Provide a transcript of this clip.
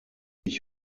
ich